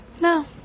no